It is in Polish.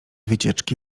wycieczki